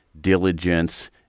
diligence